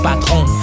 patron